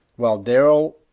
while darrell,